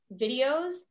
videos